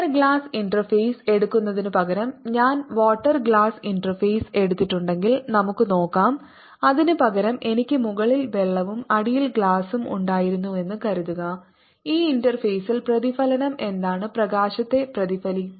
air glass interface എടുക്കുന്നതിനുപകരം ഞാൻ water glass interface എടുത്തിട്ടുണ്ടെങ്കിൽ നമുക്ക് നോക്കാം അതിനുപകരം എനിക്ക് മുകളിൽ വെള്ളവും അടിയിൽ ഗ്ലാസും ഉണ്ടായിരുന്നുവെന്ന് കരുതുക ഈ ഇന്റർഫേസിൽ പ്രതിഫലനം എന്താണ് പ്രകാശത്തെ പ്രതിഫലിപ്പിക്കുന്നത്